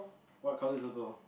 what colour is turtle